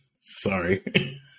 sorry